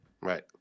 Right